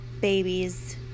babies